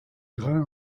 grain